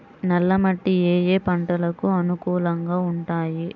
నల్ల మట్టి ఏ ఏ పంటలకు అనుకూలంగా ఉంటాయి?